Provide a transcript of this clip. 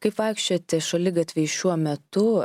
kaip vaikščioti šaligatviais šiuo metu